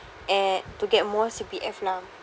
eh to get more C_P_F lah